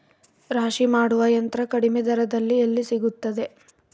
ರಾಶಿ ಮಾಡುವ ಯಂತ್ರ ಕಡಿಮೆ ದರದಲ್ಲಿ ಎಲ್ಲಿ ಸಿಗುತ್ತದೆ?